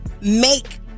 make